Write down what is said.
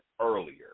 earlier